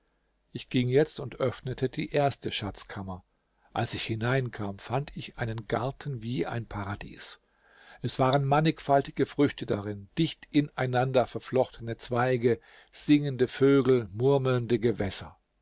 ich ging jetzt und öffnete die erste schatzkammer als ich hineinkam fand ich einen garten wie ein paradies es waren mannigfaltige früchte darin dicht ineinander verflochtene zweige singende vögel murmelnde gewässer